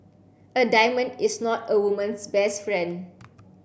a diamond is not a woman's best friend